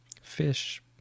Fish